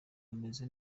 ameze